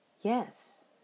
yes